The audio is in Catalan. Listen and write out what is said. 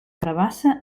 carabassa